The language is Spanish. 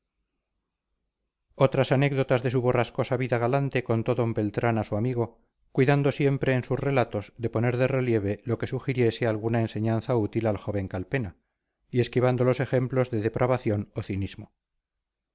otras anécdotas de su borrascosa vida galante contó d beltrán a su amigo cuidando siempre en sus relatos de poner de relieve lo que sugiriese alguna enseñanza útil al joven calpena y esquivando los ejemplos de depravación o cinismo